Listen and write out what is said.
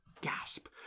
gasp